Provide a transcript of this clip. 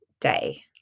day